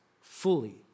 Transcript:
fully